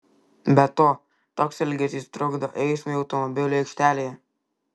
be to toks elgesys trukdo eismui automobilių aikštelėje